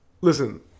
Listen